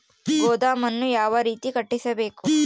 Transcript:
ಗೋದಾಮನ್ನು ಯಾವ ರೇತಿ ಕಟ್ಟಿಸಬೇಕು?